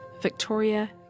Victoria